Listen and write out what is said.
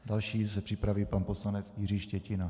Další se připraví pan poslanec Jiří Štětina.